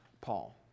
Paul